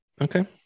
Okay